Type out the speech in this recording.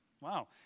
Wow